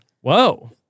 Whoa